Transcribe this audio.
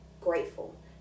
grateful